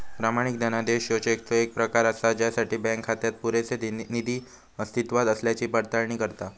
प्रमाणित धनादेश ह्यो चेकचो येक प्रकार असा ज्यासाठी बँक खात्यात पुरेसो निधी अस्तित्वात असल्याची पडताळणी करता